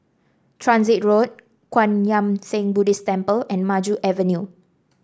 Transit Road Kwan Yam Theng Buddhist Temple and Maju Avenue